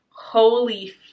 holy